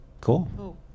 cool